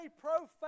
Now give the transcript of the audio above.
profound